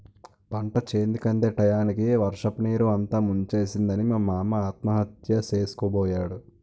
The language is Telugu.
పంటచేతికందే టయానికి వర్షపునీరు అంతా ముంచేసిందని మా మామ ఆత్మహత్య సేసుకోబోయాడు